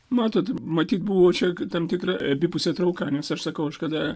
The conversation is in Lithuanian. matot matyt buvo čia tam tikra abipusė trauka nes aš sakau aš kada